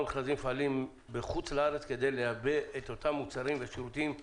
ממכרז למפעלים בחו"ל כדי לייבא את אותם מוצרים ושירותים מחו"ל,